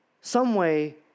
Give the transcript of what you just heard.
someway